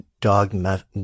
dogma